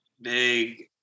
big